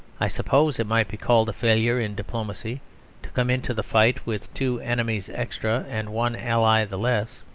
i suppose it might be called a failure in diplomacy to come into the fight with two enemies extra and one ally the less.